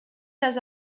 les